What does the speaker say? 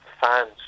fans